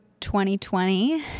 2020